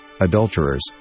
adulterers